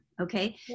Okay